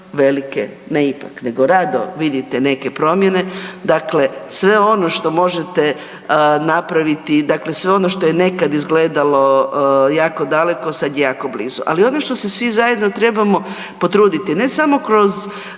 velike, ne ipak nego radove, vidite neke promjene, dakle sve ono što možete napraviti, dakle sve ono što je nekad izgledalo jako daleko sad je jako blizu. Ali ono što se svi zajedno trebamo potruditi ne samo kroz